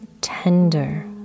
tender